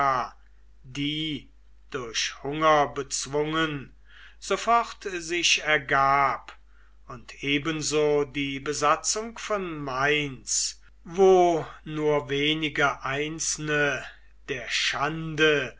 die durch hunger bezwungen sofort sich ergab und ebenso die besatzung von mainz wo nur wenige einzelne der schande